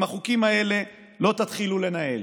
עם החוקים האלה לא תתחילו לנהל.